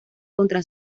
contra